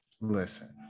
listen